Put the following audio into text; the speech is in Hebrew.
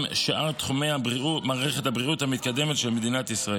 שאר תחומי מערכת הבריאות המתקדמת של מדינת ישראל.